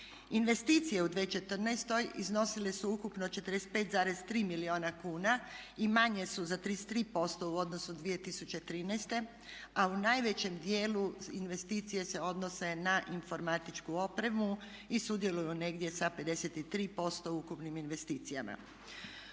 Investicije u 2014. iznosile su ukupno 45,3 milijuna kuna i manje su za 33% u odnosu 2013. a u najvećem dijelu investicije se odnose na informatičku opremu i sudjeluju negdje sa 53% u ukupnim investicijama.